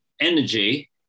energy